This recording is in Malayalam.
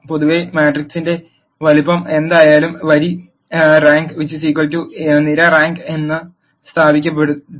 പൊതുവേ മാട്രിക്സിന്റെ വലുപ്പം എന്തായാലും വരി റാങ്ക് നിര റാങ്ക് എന്ന് സ്ഥാപിക്കപ്പെട്ടു